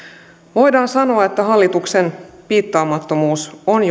voidaan sanoa että hallituksen piittaamattomuus on